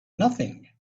nothing